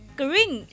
green